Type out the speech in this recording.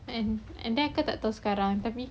and then aku tak tahu sekarang tapi